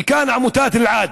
וכאן עמותת אלעד,